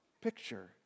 picture